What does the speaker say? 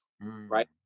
right